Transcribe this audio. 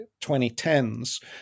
2010s